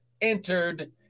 entered